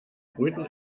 brüten